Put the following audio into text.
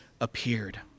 appeared